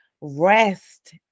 Rest